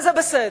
וזה בסדר,